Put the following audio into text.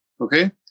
okay